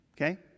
Okay